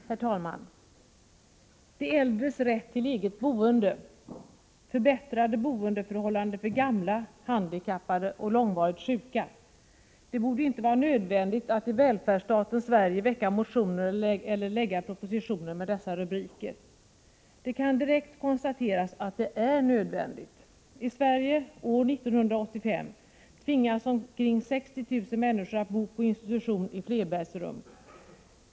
Herr talman! De äldres rätt till eget boende. Förbättrade boendeförhållanden för gamla, handikappade och långvarigt sjuka. Det borde inte vara nödvändigt att i välfärdsstaten Sverige väcka motioner eller lägga fram propositioner med dessa rubriker. Det kan emellertid direkt konstateras att det är nödvändigt. I Sverige, år 1985, tvingas omkring 60 000 människor att bo på institution i flerbäddsrum.